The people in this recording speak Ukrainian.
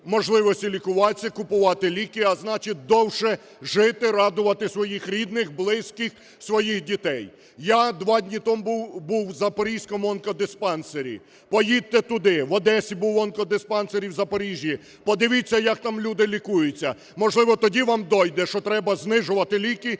можливості лікуватися, купувати ліки, а значить, довше жити, радувати своїх рідних, близьких, своїх дітей. Я два дні тому був в Запорізькому онкодиспансері, поїдьте туди, в Одесі був в онкодиспансері, в Запоріжжі. Подивіться, як там люди лікуються, можливо, тоді вам дойде, що треба знижувати ліки